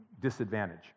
disadvantage